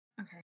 Okay